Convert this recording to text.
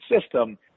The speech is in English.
system